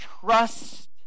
trust